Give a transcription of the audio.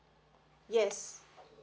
yes